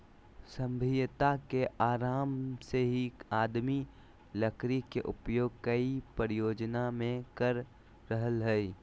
सभ्यता के आरम्भ से ही आदमी लकड़ी के उपयोग कई प्रयोजन मे कर रहल हई